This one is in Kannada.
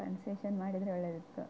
ಕನ್ಸೆಷನ್ ಮಾಡಿದರೆ ಒಳ್ಳೆಯದಿತ್ತು